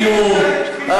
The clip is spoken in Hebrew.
דרמטית.